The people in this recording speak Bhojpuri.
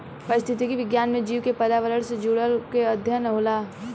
पारिस्थितिक विज्ञान में जीव के पर्यावरण से जुड़ाव के अध्ययन होला